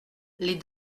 les